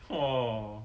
!whoa!